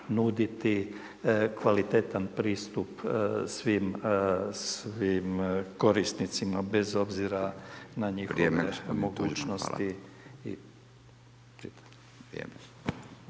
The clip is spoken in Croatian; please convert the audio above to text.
nuditi kvalitetan pristup svim korisnicima, bez obzira na njihovo mogućnosti.